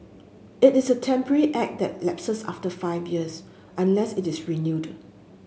it is a temporary act that lapses after five years unless it is renewed